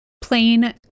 plain